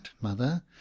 Mother